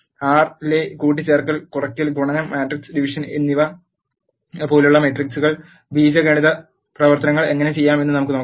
R ലെ കൂട്ടിച്ചേർക്കൽ കുറയ്ക്കൽ ഗുണനം മാട്രിക്സ് ഡിവിഷൻ എന്നിവ പോലുള്ള മെട്രിക്സുകളിൽ ബീജഗണിത പ്രവർത്തനങ്ങൾ എങ്ങനെ ചെയ്യാമെന്ന് നമുക്ക് നോക്കാം